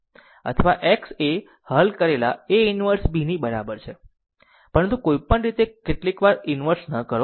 અથવા x એ હલ કરેલા a inverse b ની બરાબર છે પરંતુ કોઈપણ રીતે કેટલીકવાર ઇન્વર્સ ન કરો